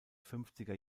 fünfziger